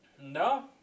No